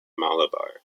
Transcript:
malabar